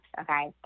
okay